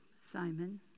Simon